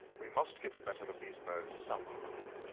we must get the better of these birds somehow.